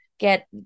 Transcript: get